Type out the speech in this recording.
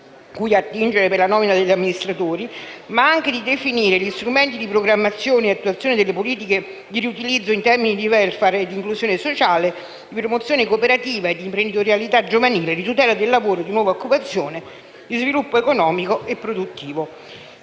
cui attingere per la nomina degli amministratori, ma anche di definire gli strumenti di programmazione e attuazione delle politiche di riutilizzo in termini di *welfare* e inclusione sociale, di promozione cooperativa e di imprenditorialità giovanile, di tutela del lavoro e di nuova occupazione, di sviluppo economico e produttivo.